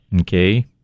Okay